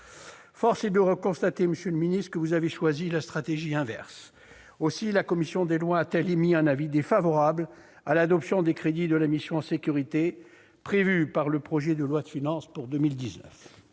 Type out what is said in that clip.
Force est de constater que vous avez choisi la stratégie inverse. Aussi la commission des lois a-t-elle émis un avis défavorable à l'adoption des crédits de la mission « Sécurités » prévus par le projet de loi de finances pour 2019.